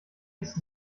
ist